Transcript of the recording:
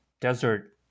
desert